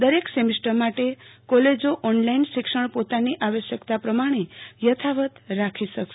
દરેક સેમિસ્ટર માટે કોલેજો ઓનલાઈન શિક્ષણ પોતાની આવશ્યકાતા પ્રમાણે યથાવત રાખી શકશે